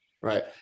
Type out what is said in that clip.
Right